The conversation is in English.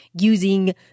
using